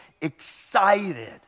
excited